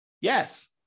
Yes